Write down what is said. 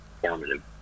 formative